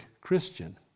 Christian